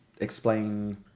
explain